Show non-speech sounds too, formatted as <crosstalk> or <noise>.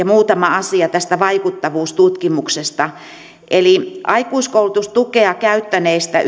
<unintelligible> muutama asia tästä vaikuttavuustutkimuksesta aikuiskoulutustukea käyttäneistä <unintelligible>